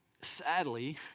Sadly